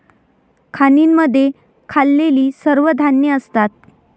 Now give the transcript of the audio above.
खाणींमध्ये खाल्लेली सर्व धान्ये असतात